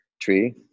Tree